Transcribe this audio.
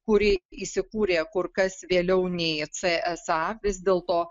kuri įsikūrė kur kas vėliau nei cė es a vis dėl to